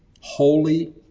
holy